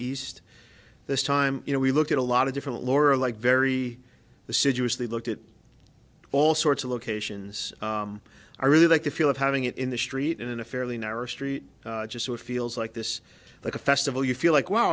east this time you know we look at a lot of different laura like vary the city was they looked at all sorts of locations i really like the feel of having it in the street in a fairly narrow street just so it feels like this like a festival you feel like wow